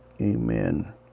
Amen